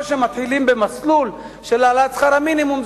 או שמתחילים במסלול של העלאת שכר המינימום,